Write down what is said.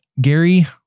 Gary